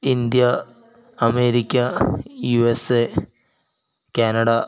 India America USA Canada